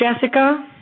Jessica